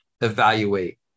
evaluate